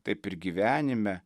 taip ir gyvenime